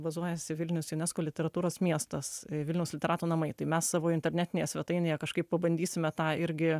bazuojasi vilnius junesko literatūros miestas vilniaus literatų namai tai mes savo internetinėje svetainėje kažkaip pabandysime tą irgi